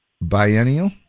biennial